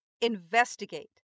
Investigate